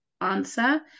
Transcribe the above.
answer